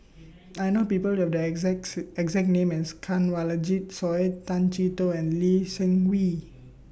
I know People Who Have The exact exact name as Kanwaljit Soin Tay Chee Toh and Lee Seng Wee